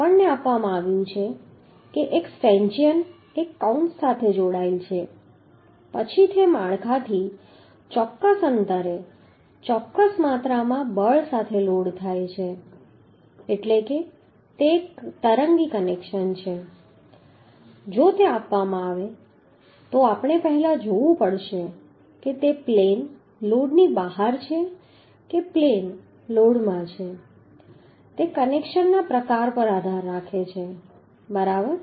આપણને આપવામાં આવ્યું છે કે એક સ્ટેન્ચિયન એક કૌંસ સાથે જોડાયેલ છે પછી તે માળખાથી ચોક્કસ અંતરે ચોક્કસ માત્રામાં બળ સાથે લોડ થાય છે એટલે કે તે એક તરંગી કનેક્શન છે જો તે આપવામાં આવે તો આપણે પહેલા જોવું પડશે કે તે પ્લેન લોડની બહાર છે કે પ્લેન લોડમાં છે તે કનેક્શનના પ્રકાર પર આધાર રાખે છે બરાબર